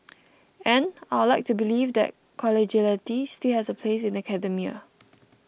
and I'd like to believe that collegiality still has a place in academia